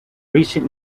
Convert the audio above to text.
recent